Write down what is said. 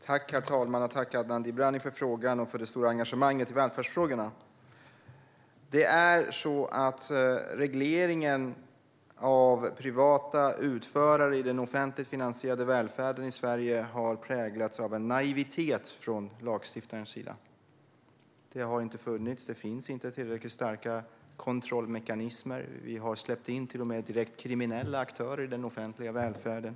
Herr talman! Tack, Adnan Dibrani, för frågan och för det stora engagemanget i välfärdsfrågorna! Regleringen av privata utförare i den offentligt finansierade välfärden i Sverige har präglats av en naivitet från lagstiftarens sida. Det har inte funnits - och det finns inte - tillräckligt starka kontrollmekanismer. Direkt kriminella aktörer har släppts in i den offentliga välfärden.